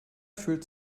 fühlt